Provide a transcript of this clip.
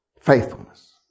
Faithfulness